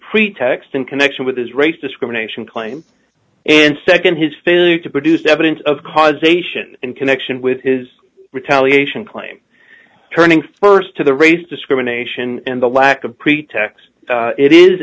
pretext in connection with his race discrimination claim and nd his failure to produce evidence of causation in connection with his retaliation claim turning st to the race discrimination and the lack of pretext it is